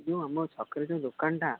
ଯେଉଁ ଆମ ଛକରେ ଯେଉଁ ଦୋକାନଟା